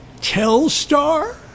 Telstar